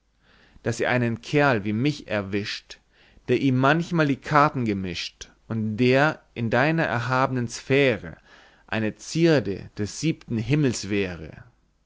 daß er einen kerl wie mich erwischt der ihm manchmal die karten gemischt und der in deiner erhabenen sphäre eine zierde des siebenten